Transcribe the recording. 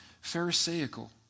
pharisaical